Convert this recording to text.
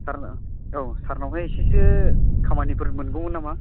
सार औ सारनावहाय एसेसो खामानिफोर मोनगौमोन नामा